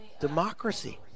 democracy